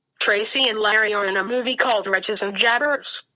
tracy and larry are in a movie called wretches and jabberers.